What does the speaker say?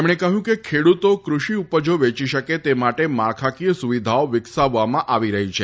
તેમણે કહ્યું કે ખેડૂતો કૃષિ ઉપજો વેચી શકે તે માટે માળખાકીય સુવિધાઓ વિકસાવવામાં આવી રહી છે